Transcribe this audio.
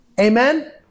Amen